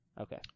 Okay